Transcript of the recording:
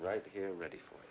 right here ready for